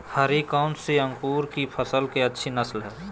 हरी कौन सी अंकुर की फसल के अच्छी किस्म है?